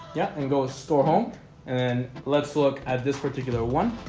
yeah and go a store home and then let's look at this particular one,